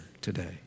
today